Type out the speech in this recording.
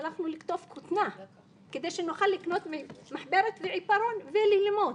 הלכנו לקטוף כותנה כדי שנוכל לקנות מחברת ועיפרון וללמוד.